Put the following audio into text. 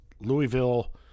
Louisville